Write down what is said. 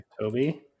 Toby